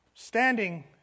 standing